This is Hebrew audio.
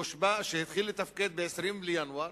שהחל לתפקד ב-20 בינואר,